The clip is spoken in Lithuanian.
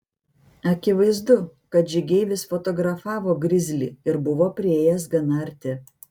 akivaizdu kad žygeivis fotografavo grizlį ir buvo priėjęs gana arti